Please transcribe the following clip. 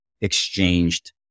exchanged